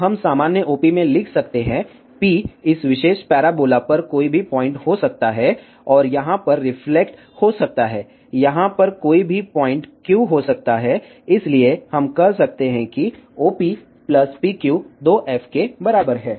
तो हम सामान्य OP में लिख सकते हैं P इस विशेष पैराबोला पर कोई भी पॉइंट हो सकता है और यहां पर रिफ्लेक्ट हो सकता है यहां पर कोई भी पॉइंट Q हो सकता है इसलिए हम कह सकते हैं कि OP PQ 2f के बराबर है